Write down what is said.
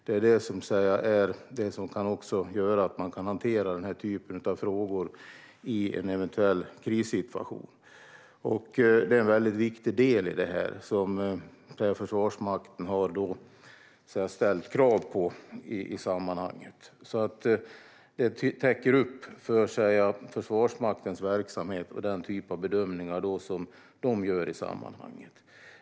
Det är det som kan göra att man kan hantera denna typ av frågor i en eventuell krissituation, och det är en väldigt viktig del som Försvarsmakten har ställt krav på i sammanhanget. Det täcker alltså upp för Försvarsmaktens verksamhet och den typ av bedömningar de gör i sammanhanget.